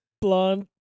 blonde